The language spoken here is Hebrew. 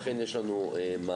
אכן יש לנו מענה,